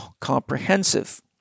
comprehensive